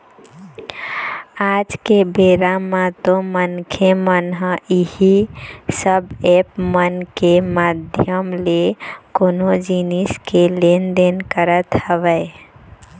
आज के बेरा म तो मनखे मन ह इही सब ऐप मन के माधियम ले कोनो जिनिस के लेन देन करत हवय